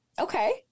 Okay